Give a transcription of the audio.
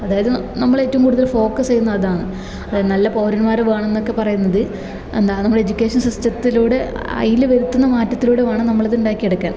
അതായത് നമ്മളേറ്റവും കൂടുതൽ ഫോക്കസ് ചെയ്യുന്നത് അതാണ് അതായത് നല്ല പൗരന്മാർ വേണമെന്നൊക്കെ പറയുന്നത് എന്താ നമ്മുടെ എജ്യുക്കേഷൻ സിസ്റ്റത്തിലൂടെ അതില് വരുത്തുന്ന മാറ്റത്തിലൂടെ വേണം നമ്മള് അതുണ്ടാക്കിയെടുക്കാൻ